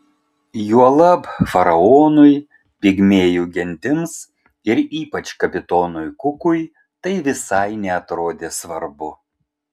juolab faraonui pigmėjų gentims ir ypač kapitonui kukui tai visai neatrodė svarbu